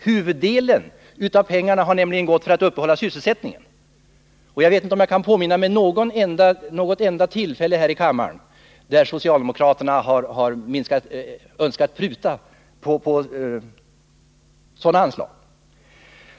Huvuddelen av pengarna har nämligen gått till att upprätthålla sysselsättningen, och jag kan inte påminna mig något enda tillfälle här i kammaren då socialdemokraterna önskat pruta sådana anslag.